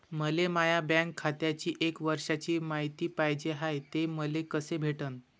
मले माया बँक खात्याची एक वर्षाची मायती पाहिजे हाय, ते मले कसी भेटनं?